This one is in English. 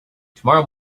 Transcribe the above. tomorrow